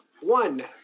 one